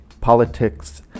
Politics